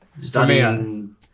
Studying